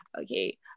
Okay